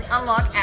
Unlock